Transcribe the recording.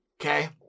okay